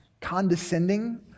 condescending